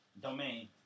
Domain